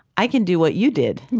i can do what you did.